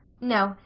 no,